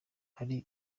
hariyo